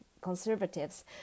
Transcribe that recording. conservatives